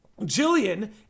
Jillian